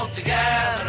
together